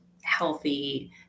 healthy